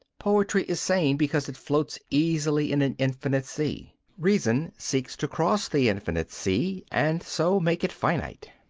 poetry is sane because it floats easily in an infinite sea reason seeks to cross the infinite sea, and so make it finite.